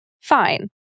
fine